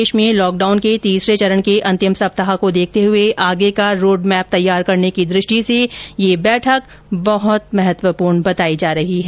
देश में लॉकडाउन के तीसरे चरण के अंतिम सप्ताह को देखते हुए आगे का रोडमैप तैयार करने की दृष्टि से यह बैठक बहुत महत्वपूर्ण है